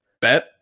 bet